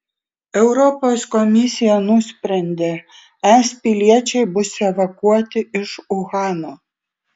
europos komisija nusprendė es piliečiai bus evakuoti iš uhano